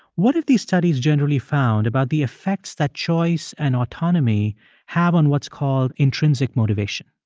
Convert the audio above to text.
what have these studies generally found about the effects that choice and autonomy have on what's called intrinsic motivation?